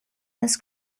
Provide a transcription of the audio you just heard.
this